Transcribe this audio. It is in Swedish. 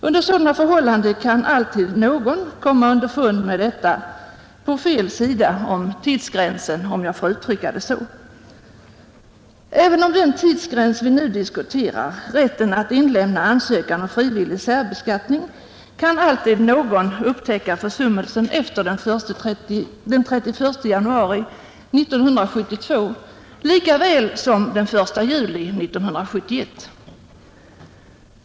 Under sådana förhållanden kan alltid någon komma underfund med detta på fel sida om tidsgränsen. Även i fråga om tidsgränsen för rätten att inlämna ansökan om frivillig särbeskattning, som vi nu diskuterar, kan alltid någon upptäcka försummelsen efter den 31 januari 1972 lika väl som efter den 1 juli 1971.